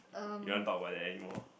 you want talk about the animal